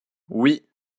oui